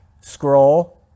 scroll